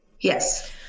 Yes